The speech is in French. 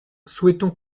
souhaitons